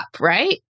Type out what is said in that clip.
right